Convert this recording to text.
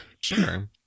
Sure